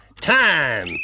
Time